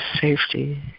safety